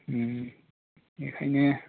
उम बेनिखायनो